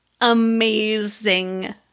amazing